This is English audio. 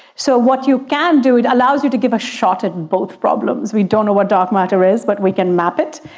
so what you can do, it allows you to give a shot at both problems. we don't know what dark matter is but we can map it.